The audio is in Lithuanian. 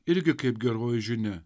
irgi kaip geroji žinia